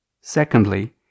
Secondly